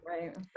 right